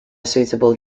suitable